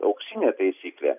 auksinė taisyklė